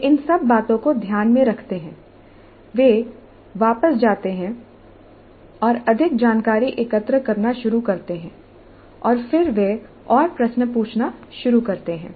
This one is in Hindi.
वे इन सब बातों को ध्यान में रखते हैं वे वापस जाते हैं और अधिक जानकारी एकत्र करना शुरू करते हैं और फिर वे और प्रश्न पूछना शुरू करते हैं